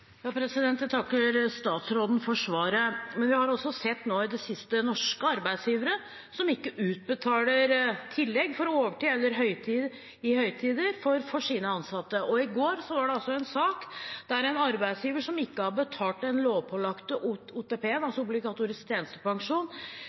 Jeg takker statsråden for svaret. Men vi har også nå i det siste sett norske arbeidsgivere som ikke utbetaler tillegg for overtid i høytider for sine ansatte, og i går var det en sak der en arbeidsgiver som ikke hadde betalt lovpålagt OTP, obligatorisk tjenestepensjon, fikk medhold i retten, dvs. tingretten mente at det var opp til den